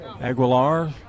Aguilar